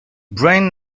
brand